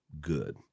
good